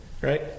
right